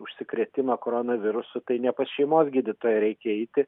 užsikrėtimą koronavirusu tai ne pas šeimos gydytoją reikia eiti